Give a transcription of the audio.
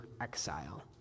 exile